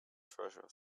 treasure